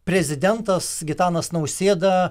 prezidentas gitanas nausėda